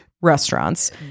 restaurants